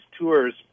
tours